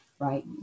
right